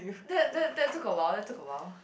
that that that took a while that took a while